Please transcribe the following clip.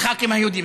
"הח"כים היהודים".